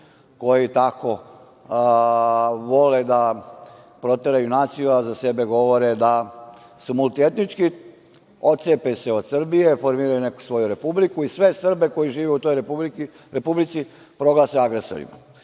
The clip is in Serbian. koji vole da proteraju naciju, a za sebe govore da su multietnički, otcepe se od Srbije, formiraju neku svoju Republiku i sve Srbe koji žive u toj Republici proglase agresorima. Bez